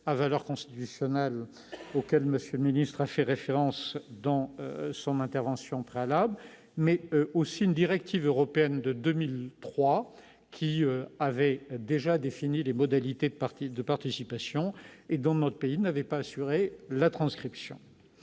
de valeur constitutionnelle, auquel M. le secrétaire d'État a fait référence dans son intervention préalable, mais aussi une directive européenne de 2003 qui avait déjà défini les modalités de participation, et que nous n'avions pas transposée.